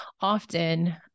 often